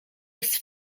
jest